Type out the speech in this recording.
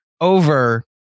over